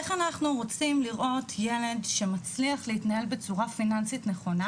איך אנחנו רוצים לראות ילד שמצליח להתנהל בצורה פיננסית נכונה,